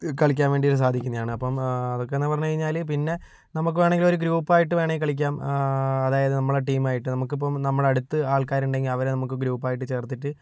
കളിക്കാൻ വേണ്ടി സാധിക്കുന്നതാണ് അപ്പോൾ അതൊക്കെയെന്ന് പറഞ്ഞ് കഴിഞ്ഞാൽ പിന്നെ നമുക്ക് വേണമെങ്കിൽ ഒരു ഗ്രൂപ്പായിട്ട് വേണമെങ്കിൽ കളിക്കാം അതായത് നമ്മള് ടീമായിട്ട് നമക്കിപ്പോൾ നമ്മുടടുത്ത് ആൾക്കാരുണ്ടെങ്കിൽ അവരെ നമുക്ക് ഗ്രൂപ്പായിട്ട് ചേർത്തിട്ട്